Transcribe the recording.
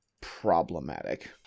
problematic